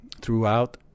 throughout